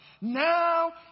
Now